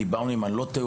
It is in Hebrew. אם אני לא טועה,